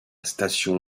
station